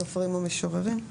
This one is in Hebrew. סופרים או משוררים?